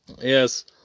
Yes